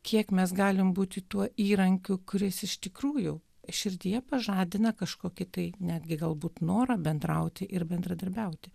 kiek mes galime būti tuo įrankiu kuris iš tikrųjų širdyje pažadina kažkokį tai netgi galbūt norą bendrauti ir bendradarbiauti